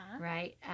right